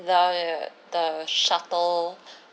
the the shuttle